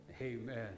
Amen